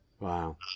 Wow